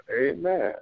Amen